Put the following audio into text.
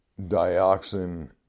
dioxin